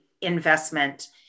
investment